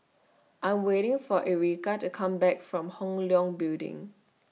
I'm waiting For Erika to Come Back from Hong Leong Building